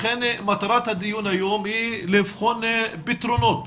מטרת הדיון היום היא לבחון פתרונות